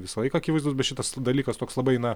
visą laiką akivaizdus bet šitas dalykas toks labai na